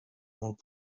molt